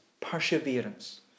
perseverance